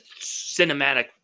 cinematic